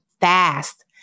fast